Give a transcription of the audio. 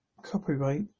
copyright